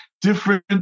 Different